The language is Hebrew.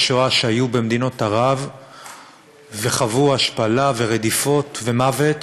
שואה שהיו במדינות ערב וחוו השפלה ורדיפות ומוות,